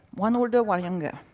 one older, one younger.